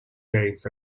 games